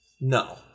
No